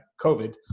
COVID